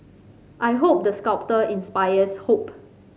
I hope the sculpture inspires hope